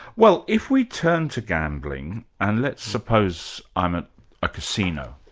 well if we turn to gambling, and let's suppose i'm at a casino.